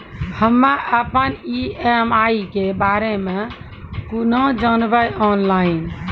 हम्मे अपन ई.एम.आई के बारे मे कूना जानबै, ऑनलाइन?